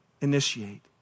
initiate